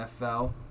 NFL